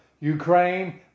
Ukraine